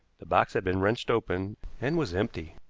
the box had been wrenched open and was empty.